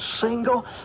single